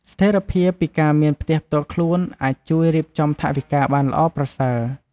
ស្ថេរភាពពីការមានផ្ទះផ្ទាល់ខ្លួនអាចជួយរៀបចំថវិកាបានល្អប្រសើរ។